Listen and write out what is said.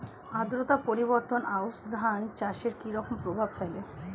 আদ্রতা পরিবর্তন আউশ ধান চাষে কি রকম প্রভাব ফেলে?